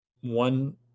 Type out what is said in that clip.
one